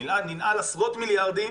ננעל עשרות מיליארדים.